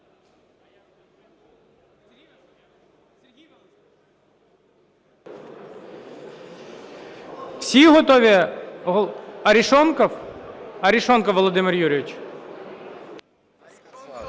Всі готові… Арешонков? Арешонков Володимир Юрійович.